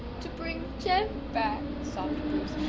to bring jem back sobbed bruce.